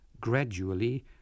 gradually